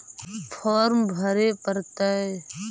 Farm भरे परतय?